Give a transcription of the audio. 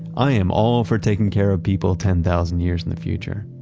i am all for taking care of people ten thousand years in the future.